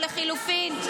או לחלופין,